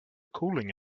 cooling